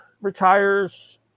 retires